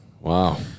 Wow